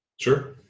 Sure